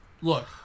Look